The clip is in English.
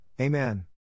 amen